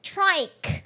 Trike